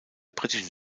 britischen